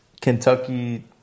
Kentucky